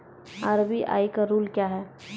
RBI का rule क्या हैं?